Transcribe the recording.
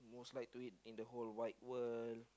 most like to eat in the whole wide world